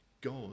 God